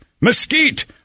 mesquite